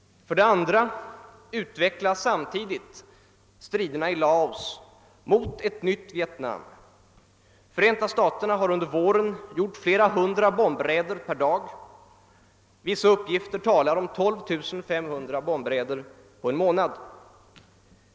För det andra utvecklas samtidigt striderna i Laos mot ett nytt Vietnam. Förenta staterna har under våren gjort flera hundra bombraider per dag — vissa uppgifter talar om 12500 bombraider på en månad.